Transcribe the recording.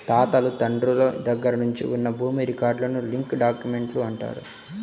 తాతలు తండ్రుల దగ్గర నుంచి ఉన్న భూమి రికార్డులను లింక్ డాక్యుమెంట్లు అంటారు